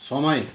समय